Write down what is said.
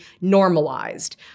normalized